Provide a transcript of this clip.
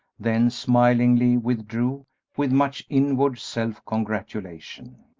then smilingly withdrew with much inward self-congratulation.